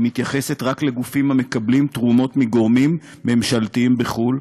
היא מתייחסת רק לגופים המקבלים תרומות מגורמים ממשלתיים בחו"ל.